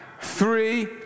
three